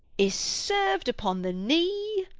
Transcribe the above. is serv'd upon the knee!